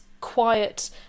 quiet